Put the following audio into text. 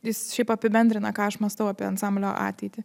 jis šiaip apibendrina ką aš mąstau apie ansamblio ateitį